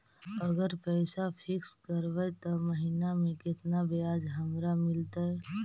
अगर पैसा फिक्स करबै त महिना मे केतना ब्याज हमरा मिलतै?